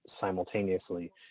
simultaneously